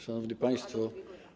Szanowni Państwo!